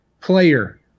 player